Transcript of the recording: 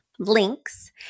links